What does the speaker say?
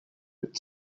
with